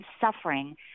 suffering